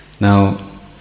Now